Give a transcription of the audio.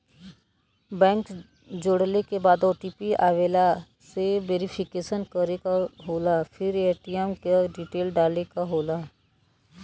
bank जोड़ले के बाद ओ.टी.पी आवेला से वेरिफिकेशन करे क होला फिर ए.टी.एम क डिटेल डाले क होला